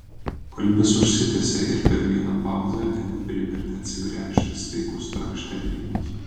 pokalbis užsitęsė ir per vieną pauzę edį privertė atsigręžti staigus trakštelėjimas